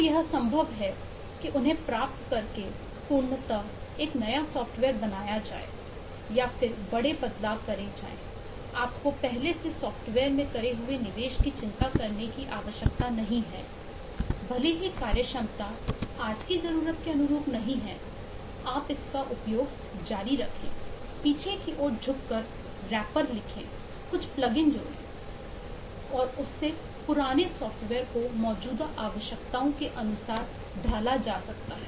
तो यह संभव है कि उन्हें प्राप्त करके पूर्णता नया सॉफ्टवेयर बनाया जाए या फिर बड़े बदलाव करे जाएं आपको पहले से सॉफ्टवेयर में करे हुए निवेश की चिंता करने की आवश्यकता नहीं है भले ही कार्य क्षमता आज की जरूरत के अनुरूप नहीं है आप इसका उपयोग जारी रखें पीछे की ओर झुक कर रैपर और जोड़कर उस पुराने सॉफ्टवेयर को मौजूदा आवश्यकताओं के अनुसार डाला जा सकता है